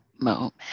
Moment